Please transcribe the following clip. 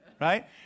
right